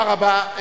תודה רבה.